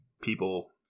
people